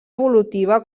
evolutiva